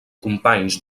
companys